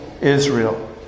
Israel